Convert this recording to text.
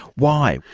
why?